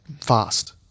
fast